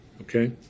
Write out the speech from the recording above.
Okay